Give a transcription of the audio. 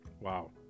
Wow